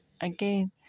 again